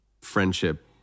friendship